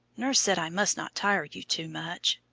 nurse said i must not tire you too much.